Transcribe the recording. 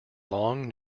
long